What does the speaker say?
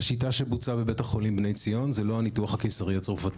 השיטה שבוצעה בבית החולים בני ציון זה לא הניתוח הקיסרי הצרפתי.